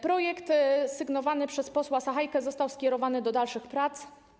Projekt sygnowany przez posła Sachajkę został skierowany do dalszych prac.